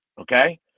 okay